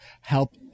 help